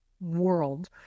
world